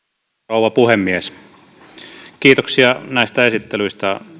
rouva puhemies kiitoksia näistä esittelyistä